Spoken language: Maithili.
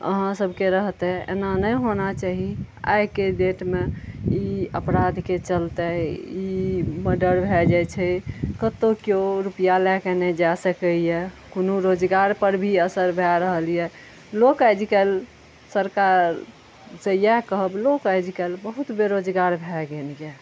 अहाँ सबके रहते एना नहि होना चाही आइके डेटमे ई अपराधके चलते ई मडर भए जाइ छै कत्तौ केओ रुपैआ लऽ कऽ नहि जा सकैया कोनो रोजगार पर भी असर भऽ रहलए लोक आइकाल्हि सरकार से इएह कहब लोक आइकाल्हि बहुत बेरोजगार भऽ गेल अछि